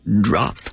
drop